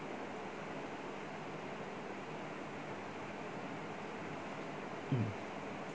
mm